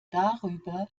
darüber